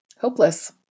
hopeless